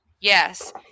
Yes